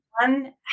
one